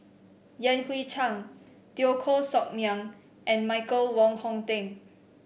Yan Hui Chang Teo Koh Sock Miang and Michael Wong Hong Teng